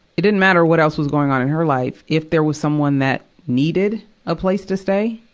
it didn't matter what else was going on in her life. if there was someone that needed a place to stay,